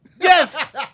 yes